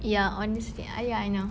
ya honesty ah ya I know